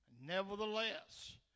Nevertheless